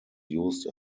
used